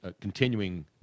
continuing